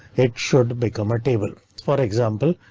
it should become a table. for example,